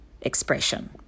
expression